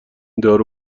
دارو